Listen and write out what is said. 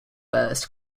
burst